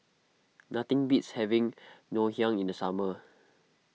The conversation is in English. nothing beats having Ngoh Hiang in the summer